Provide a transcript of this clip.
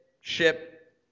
ship